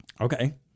Okay